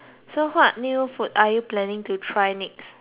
so what new food are you planning to try next